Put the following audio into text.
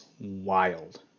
wild